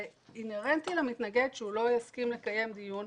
זה אינהרנטי למתנגד שהוא לא יסכים לקיים דיון,